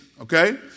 okay